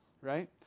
right